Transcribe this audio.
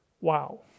Wow